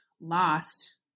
lost